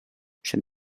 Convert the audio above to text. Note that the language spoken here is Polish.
przed